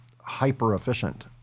hyper-efficient